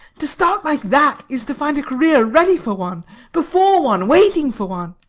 to start like that is to find a career ready for one before one waiting for one.